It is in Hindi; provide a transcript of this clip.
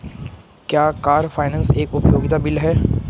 क्या कार फाइनेंस एक उपयोगिता बिल है?